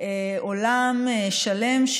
עולם שלם,